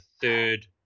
third